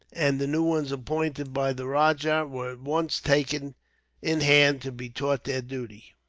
and the new ones appointed by the rajah, were at once taken in hand to be taught their duty.